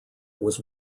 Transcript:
was